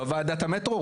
בוועדת המטרו?